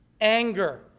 anger